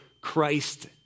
Christ